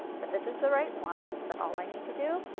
but this is the right one, so all i need to do